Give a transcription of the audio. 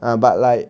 ah but like